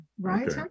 right